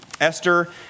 Esther